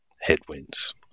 headwinds